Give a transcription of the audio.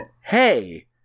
hey –